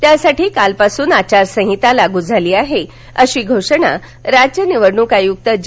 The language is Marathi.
त्यासाठी कालपासून आचारसंहिता लागू झाली आहे अशी घोषणा राज्य निवडणूक आयुक्त ज